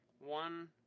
one